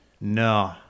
no